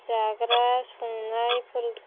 जाग्रा संनायफोर